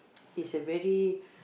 is a very